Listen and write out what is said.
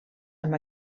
amb